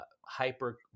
hyper